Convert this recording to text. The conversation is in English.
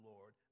Lord